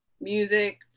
music